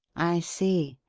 i see.